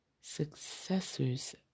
successors